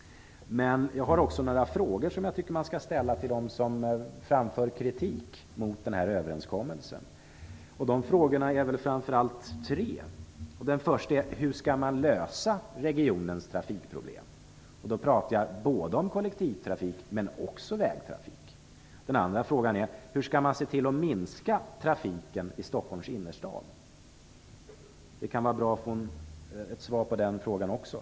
Jag har också några frågor, som jag tycker skall ställas till dem som framför kritik mot den här överenskommelsen. Det är framför allt tre frågor. Den första frågan är: Hur skall man lösa regionens trafikproblem? Jag pratar då om både kollektivtrafik och vägtrafik. Den andra frågan är: Hur skall man se till att minska trafiken i Stockholms innerstad? Det kan vara bra att få ett svar på den frågan också.